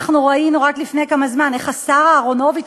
אנחנו ראינו רק לפני כמה זמן איך השר אהרונוביץ,